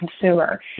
consumer